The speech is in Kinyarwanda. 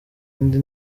indi